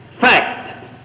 fact